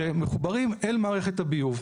שמחוברים אל מערכת הביוב,